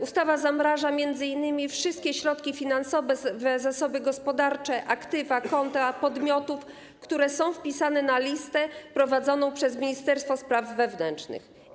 Ustawa zamraża m.in. wszystkie środki finansowe, zasoby gospodarcze, aktywa, konta podmiotów, które są wpisane na listę prowadzoną przez ministerstwo spraw wewnętrznych.